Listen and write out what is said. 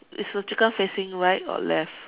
is the chicken facing right or left